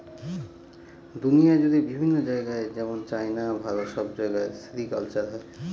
দুনিয়া জুড়ে বিভিন্ন জায়গায় যেমন চাইনা, ভারত সব জায়গায় সেরিকালচার হয়